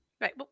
Right